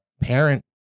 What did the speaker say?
parent